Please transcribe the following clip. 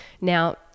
Now